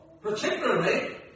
particularly